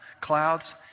clouds